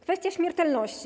Kwestia śmiertelności.